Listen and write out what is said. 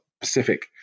Pacific